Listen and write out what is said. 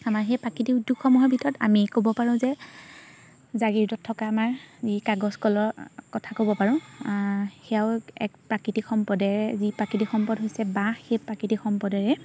আমাৰ সেই প্ৰাকৃতিক উদ্যোগসমূহৰ ভিতৰত আমি ক'ব পাৰোঁ যে জাগীৰোডত থকা আমাৰ যি কাগজ কলৰ কথা ক'ব পাৰোঁ সেয়াও এক প্ৰাকৃতিক সম্পদৰে যি প্ৰাকৃতিক সম্পদ হৈছে বাঁহ সেই প্ৰাকৃতিক সম্পদৰে